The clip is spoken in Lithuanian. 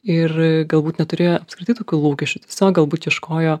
ir galbūt neturėjo apskritai tokių lūkesčių tiesiog galbūt ieškojo